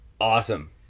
Awesome